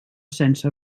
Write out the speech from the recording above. sense